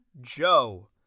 Joe